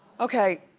okay,